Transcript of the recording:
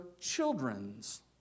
children's